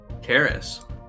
Karis